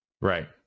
Right